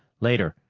later,